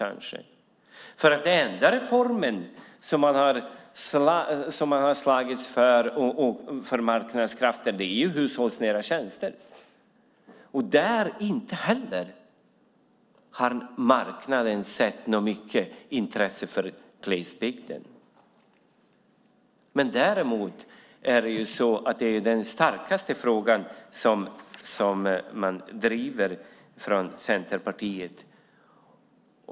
Den enda reform där man slagits för marknadskrafterna gäller hushållsnära tjänster, men inte heller där har marknaden visat mycket intresse för glesbygden, trots att det är den fråga som Centerpartiet drivit hårdast.